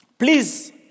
Please